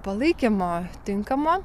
palaikymo tinkamo